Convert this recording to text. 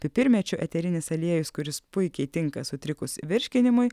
pipirmėčių eterinis aliejus kuris puikiai tinka sutrikus virškinimui